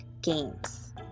Games